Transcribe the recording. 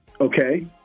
okay